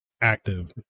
active